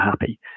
happy